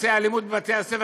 מעשי האלימות בבתי הספר?